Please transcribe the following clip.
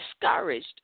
discouraged